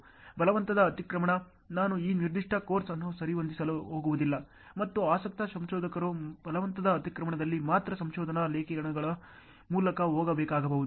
ಬಲವಂತದ ಅತಿಕ್ರಮಣ ನಾನು ಈ ನಿರ್ದಿಷ್ಟ ಕೋರ್ಸ್ ಅನ್ನು ಸರಿಹೊಂದಿಸಲು ಹೋಗುವುದಿಲ್ಲ ಮತ್ತು ಆಸಕ್ತ ಸಂಶೋಧಕರು ಬಲವಂತದ ಅತಿಕ್ರಮಣದಲ್ಲಿ ಮಾತ್ರ ಸಂಶೋಧನಾ ಲೇಖನಗಳ ಮೂಲಕ ಹೋಗಬೇಕಾಗಬಹುದು